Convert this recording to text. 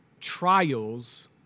trials